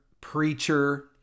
preacher